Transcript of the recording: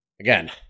Again